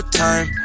time